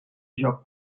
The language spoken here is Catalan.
joc